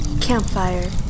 Campfire